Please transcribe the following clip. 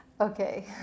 Okay